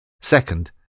Second